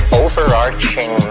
overarching